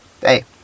hey